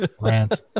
rant